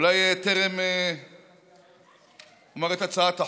אולי טרם אציג את הצעת החוק,